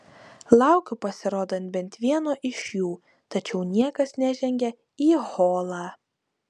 laukiu pasirodant bent vieno iš jų tačiau niekas nežengia į holą